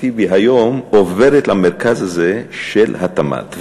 טיבי היום עוברת למרכז הזה של התמ"ת.